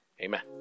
Amen